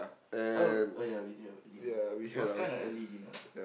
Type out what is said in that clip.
uh oh ya we did have dinner it was kinda early dinner lah